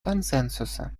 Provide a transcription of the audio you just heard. консенсуса